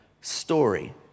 story